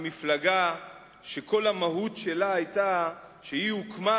ממפלגה שכל המהות שלה היתה שהיא הוקמה